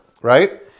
right